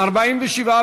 לפועל (תיקון,